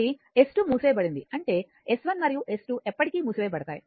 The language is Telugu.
కాబట్టి S2 మూసివేయబడింది అంటే S1 మరియు S2 ఎప్పటికీ మూసివేయబడతాయి